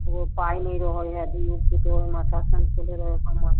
एगो पाइ नहि रहै हइ धिओपुतो हमर शासनमे थोड़े रहैत हइ